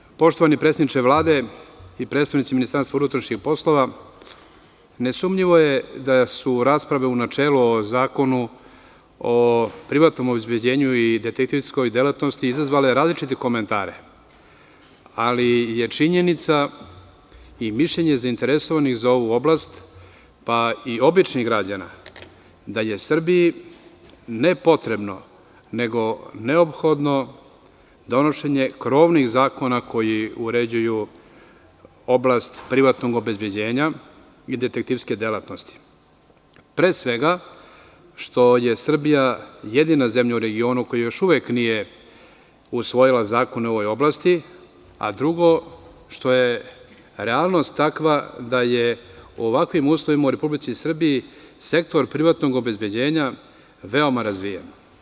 Međutim, poštovani predstavniče Vlade i predstavnici MUP, ne sumnjivo je da su rasprave u načelu o zakonu o privatnom obezbeđenju i detektivskoj delatnosti izazvale različite komentare, ali je činjenica i mišljenje zainteresovanih za ovu oblast, pa i običnih građana da je Srbiji ne potrebno, nego neophodno donošenje krovnih zakona koji uređuju oblast privatnog obezbeđenja i detektivske delatnosti, pre svega što je Srbija jedina zemlja u regionu koja još uvek nije usvojila zakon u ovoj oblasti, a drugo, što je realnost takva da je u ovakvim uslovima u Republici Srbiji sektor privatnog obezbeđenja veoma razvijen.